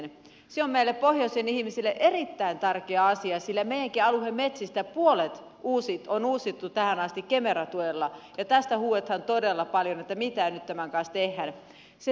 se on meille pohjoisen ihmisille erittäin tärkeä asia sillä meidänkin alueen metsistä puolet on uusittu tähän asti kemera tuella ja tästä huudetaan todella paljon että mitä nyt tämän kanssa tehdään